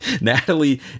Natalie